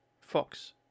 Fox